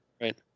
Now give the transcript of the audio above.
right